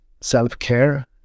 self-care